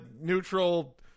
neutral